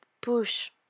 push